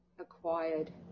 acquired